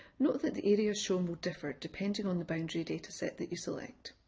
note that the areas shown will differ, depending on the boundary data set that you select.